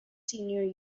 senior